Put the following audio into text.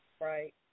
right